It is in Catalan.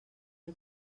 del